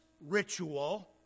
ritual